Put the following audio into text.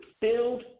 build